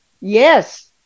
Yes